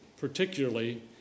Particularly